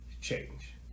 change